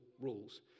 rules